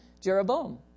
Jeroboam